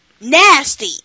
Nasty